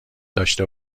داشته